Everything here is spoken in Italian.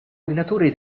allenatore